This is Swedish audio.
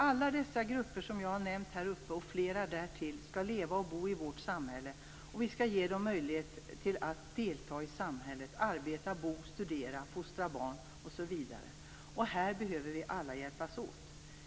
Alla de grupper som jag har nämnt från denna talarstol och flera därtill skall leva och bo i vårt samhälle, och vi skall ge dem möjlighet att delta i samhället, arbeta, bo, studera, fostra barn osv. Här behöver vi alla hjälpas åt.